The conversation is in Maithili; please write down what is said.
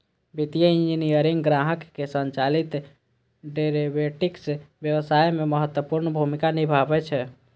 वित्तीय इंजीनियरिंग ग्राहक संचालित डेरेवेटिव्स व्यवसाय मे महत्वपूर्ण भूमिका निभाबै छै